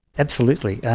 absolutely,